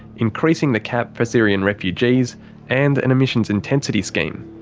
increasing the cap for syrian refugees and an emissions intensity scheme.